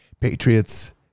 patriots